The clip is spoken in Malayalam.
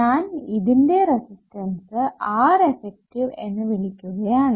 ഞാൻ ഇതിനെ റെസിസ്റ്റൻസ് Reffective എന്ന് വിളിക്കുകയാണ്